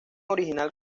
original